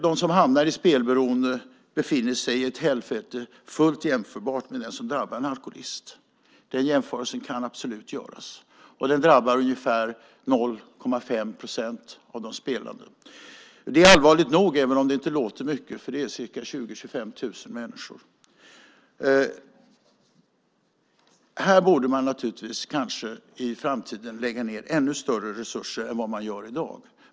De som hamnar i spelberoende befinner sig i ett helvete fullt jämförbart med det som drabbar en alkoholist. Den jämförelsen kan absolut göras. Detta drabbar ungefär 0,5 procent av de spelande. Det är allvarligt nog, även om det inte låter mycket. Det är 20 000-25 000 människor. Här borde man naturligtvis i framtiden lägga ned ännu större resurser än i dag.